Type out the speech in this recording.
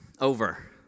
Over